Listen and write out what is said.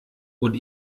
und